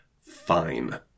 Fine